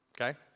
Okay